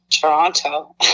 toronto